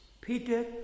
Peter